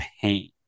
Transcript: pain